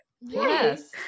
yes